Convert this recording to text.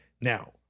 now